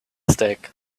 mistake